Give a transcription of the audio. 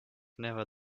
never